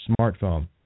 smartphone